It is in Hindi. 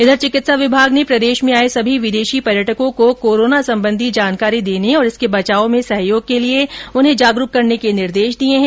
इधर चिकित्सा विभाग ने प्रदेश में आए सभी विदेशी पर्यटकों को कोरोना संबंधी जानकारी देने और इसके बचाव में सहयोग के लिए उन्हें जागरूक करने के निर्देश दिए हैं